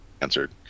answered